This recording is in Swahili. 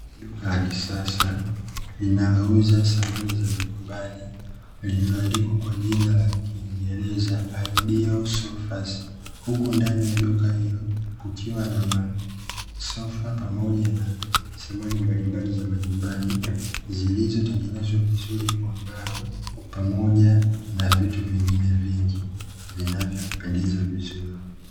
Duka la kisasa linalo uza samani za majumbani, lililo andikwa kwa jina la kingereza "ideal SOFAS" huku ndani ya duka hilo kukiwa na masofa pamoja na samani mbalimbali, za majumbani zilizo tengenezwa vizuri kwa mbao pamoja na vitu vingine vingi vinavyo pendeza vizuri.